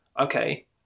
okay